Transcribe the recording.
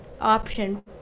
option